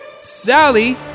Sally